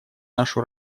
нашу